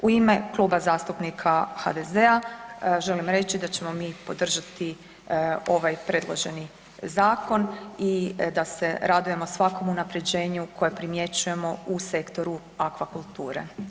U ime Kluba zastupnika HDZ-a želim reći da ćemo mi podržati ovaj predloženi zakon i da se radujemo svakom unapređenju koje primjećujemo u sektoru akvakulture.